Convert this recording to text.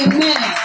Amen